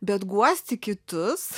bet guosti kitus